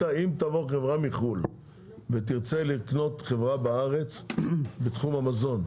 מחו"ל ותרצה לקנות חברה בארץ בתחום המזון,